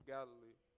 Galilee